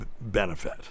benefit